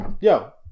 Yo